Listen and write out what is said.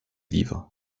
livres